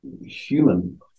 human